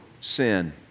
sin